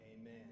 Amen